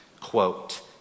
Quote